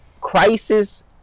crisis